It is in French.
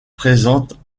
présente